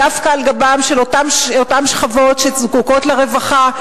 דווקא על גבן של אותן שכבות שזקוקות לרווחה?